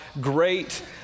great